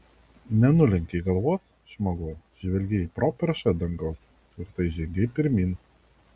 nenulenkei galvos žmogau žvelgei į properšą dangaus tvirtai žengei pirmyn